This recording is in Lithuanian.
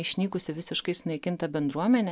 išnykusi visiškai sunaikinta bendruomenė